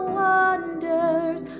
wonders